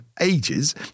ages